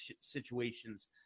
situations